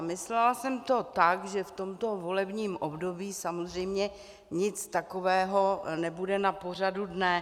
Myslela jsem to tak, že v tomto volebním období samozřejmě nic takového nebude na pořadu dne.